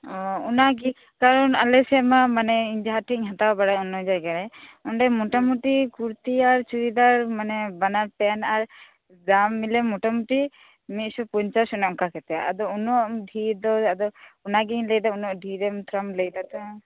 ᱚᱻ ᱚᱱᱟᱜᱮ ᱠᱟᱨᱚᱱ ᱟᱞᱮ ᱥᱮᱜ ᱢᱟ ᱢᱟᱱᱮ ᱤᱧ ᱡᱟᱦᱟᱸ ᱴᱷᱮᱡ ᱤᱧ ᱦᱟᱛᱟᱣ ᱵᱟᱲᱟᱭᱟ ᱚᱱᱱᱳ ᱡᱟᱭᱜᱟ ᱨᱮ ᱚᱸᱰᱮ ᱢᱚᱴᱟ ᱢᱩᱴᱤ ᱠᱩᱨᱛᱤ ᱟᱨ ᱪᱩᱲᱤᱫᱟᱨ ᱢᱟᱱᱮ ᱵᱟᱱᱟᱨ ᱯᱮᱱ ᱟᱨ ᱵᱽᱨᱟ ᱢᱤᱞᱮ ᱢᱚᱴᱟ ᱢᱩᱴᱤ ᱢᱤᱜ ᱥᱚ ᱯᱚᱝᱪᱟᱥ ᱚᱱᱮ ᱚᱝᱠᱟ ᱠᱟᱛᱮᱜ ᱟᱫᱚ ᱩᱱᱟᱹᱜ ᱰᱷᱮᱨ ᱫᱚ ᱟᱫᱚ ᱚᱱᱟᱜᱮᱧ ᱞᱟᱹᱭ ᱫᱟ ᱩᱱᱟᱹᱜ ᱰᱷᱮᱨᱢ ᱛᱷᱚᱲᱟᱢ ᱞᱟᱹᱭ ᱫᱟ